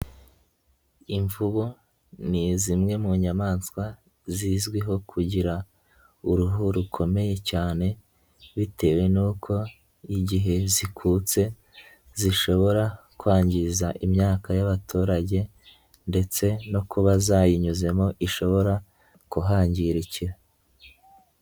Imvubu ni zimwe mu nyamaswa zizwiho kugira uruhu rukomeye cyane, bitewe n'uko igihe zikutse, zishobora kwangiza imyaka y'abaturage ndetse no kuba zayinyuzemo, ishobora kuhangirikira.